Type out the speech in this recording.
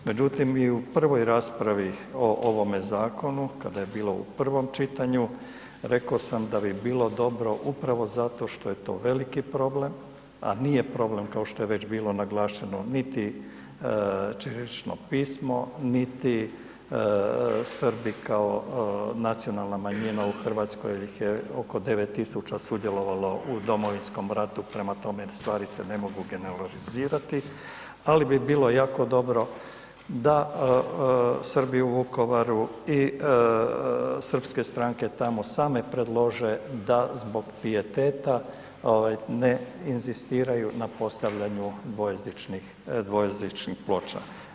Međutim, i u prvoj raspravi o ovome zakonu kada je bila u prvom čitanju reko sam da bi bilo dobro upravo zato što je to veliki problem, a nije problem kao što je već bilo naglašeno, niti ćirilično pismo, niti Srbi kao nacionalna manjina u RH jer ih je oko 9000 sudjelovalo u Domovinskom ratu, prema tome stvari se ne mogu generalizirati, ali bi bilo jako dobro da Srbi u Vukovaru i srpske stranke tamo same predlože da zbog pijeteta ovaj ne inzistiraju na postavljanju dvojezičnih, dvojezičnih ploča.